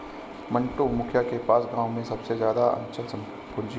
मंटू, मुखिया के पास गांव में सबसे ज्यादा अचल पूंजी है